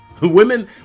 Women